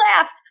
laughed